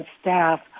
staff